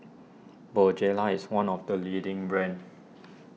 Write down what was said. Bonjela is one of the leading brands